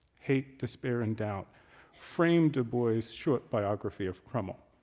hate, despair, and doubt framed dubois short biography of crummell.